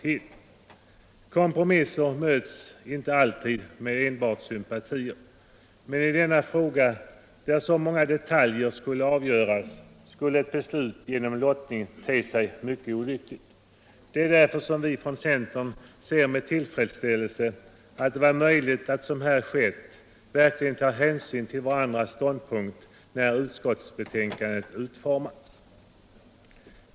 Kompromisser möts inte alltid med enbart sympatier, men i denna fråga där så många detaljer skall avgöras skulle ett beslut genom lottning te sig mycket olyckligt. Det är därför som vi från centern ser med tillfredsställelse att det varit möjligt att, som här skett, verkligen ta hänsyn till varandras ståndpunkt när utskottets betänkande utformats.